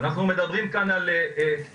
אנחנו מדברים כאן על קטינים,